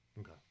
Okay